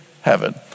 heaven